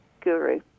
guru